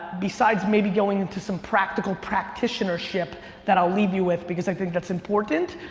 besides maybe going to some practical practitionership that i'll leave you with because i think that's important,